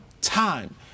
time